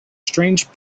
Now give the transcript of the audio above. strange